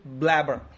blabber